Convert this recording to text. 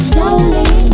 Slowly